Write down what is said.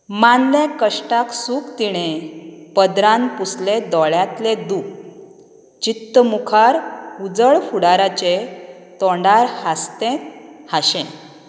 मानलें कश्टाक सुख तिणें पदरान पुसलें दोळ्यातलें दुक चित्त मुखार उजळ फुडाराचें तोंडार हासतें हाशें